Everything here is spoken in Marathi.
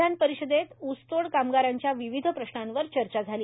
विधान परिषदेत ऊसतोड कामगारांच्या विविध प्रश्नांवर चर्चा झाली